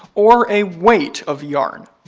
or a weight of yarn.